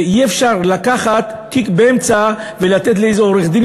ואי-אפשר לקחת תיק באמצע ולתת לאיזה עורך-דין